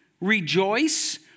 rejoice